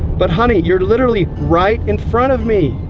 but honey, you're literally right in front of me!